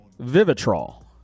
Vivitrol